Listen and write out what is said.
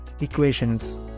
equations